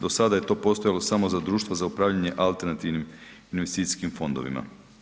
Do sada je to postojalo samo za društvo za upravljanje alternativnim investicijskim fondovima.